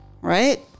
right